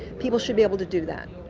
people should be able to do that.